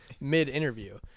mid-interview